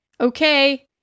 Okay